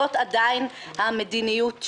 זאת עדיין המדיניות שלי.